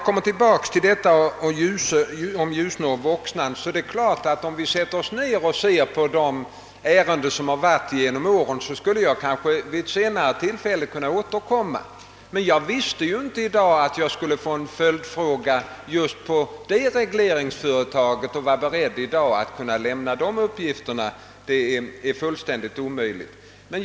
Beträffande Ljusnan och Voxnan är det klart att om vi sätter oss ned och ser på de ärenden som förekommit genom åren, skulle jag kanske vid ett senare tillfälle kunna återkomma. Jag kände emellertid inte till att jag skulle få en följdfråga beträffande just det regleringsföretaget, och därför är det fullständigt omöjligt att i dag vara beredd att lämna de uppgifterna.